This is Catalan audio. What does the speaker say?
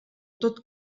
tot